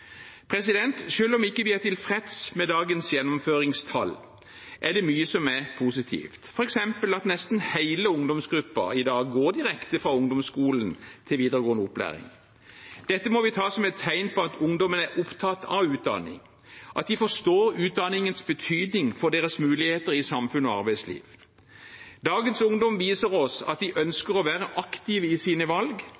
om vi ikke er tilfreds med dagens gjennomføringstall, er det mye som er positivt, f.eks. at nesten hele ungdomsgruppen i dag går direkte fra ungdomsskolen til videregående opplæring. Dette må vi ta som et tegn på at ungdommen er opptatt av utdanning, at de forstår utdanningens betydning for deres muligheter i samfunns- og arbeidsliv. Dagens ungdom viser oss at de